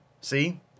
See